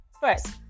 First